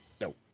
No